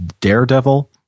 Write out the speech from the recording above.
Daredevil